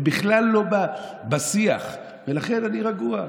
הם בכלל לא בשיח, לכן אני רגוע.